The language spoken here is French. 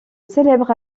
célèbres